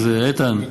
אז איתן,